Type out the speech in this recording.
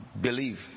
believe